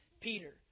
Peter